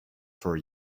for